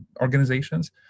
organizations